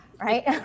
right